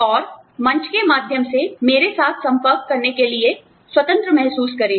और मंच के माध्यम से मेरे साथ संपर्क करने के लिए स्वतंत्र महसूस करे